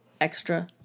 extra